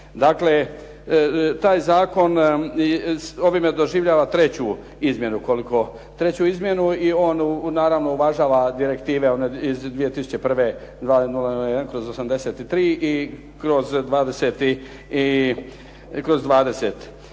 Dakle, taj zakon ovime doživljava treću izmjenu i on naravno uvažava Direktive iz 2001. 2001/83 i kroz 20.